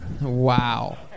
Wow